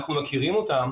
אנחנו מכירים אותם